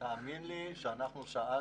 שאתה פה כדי להכניס את הדברים האלה לדוח הבא.